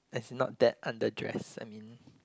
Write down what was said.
as in not that under dress I mean